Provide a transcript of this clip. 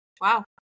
Wow